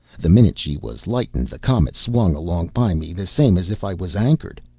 the minute she was lightened the comet swung along by me the same as if i was anchored.